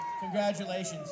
Congratulations